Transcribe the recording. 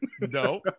No